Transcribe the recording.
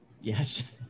yes